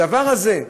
אז הדבר הזה,